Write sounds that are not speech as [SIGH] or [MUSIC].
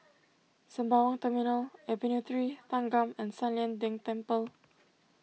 Sembawang Terminal Avenue three Thanggam and San Lian Deng Temple [NOISE]